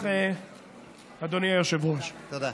אדוני היושב-ראש, תודה.